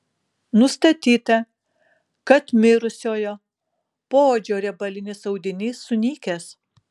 nustatyta kad mirusiojo poodžio riebalinis audinys sunykęs